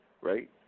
right